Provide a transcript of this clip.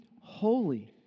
holy